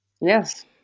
yes